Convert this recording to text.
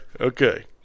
Okay